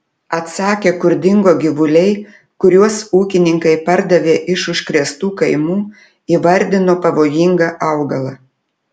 atsakė kur dingo gyvuliai kuriuos ūkininkai pardavė iš užkrėstų kaimų įvardino pavojingą augalą